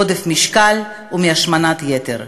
עודף משקל והשמנת יתר.